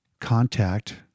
contact